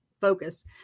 focus